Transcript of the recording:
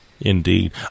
Indeed